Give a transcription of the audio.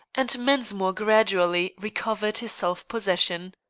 and mensmore gradually recovered his self-possession.